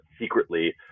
secretly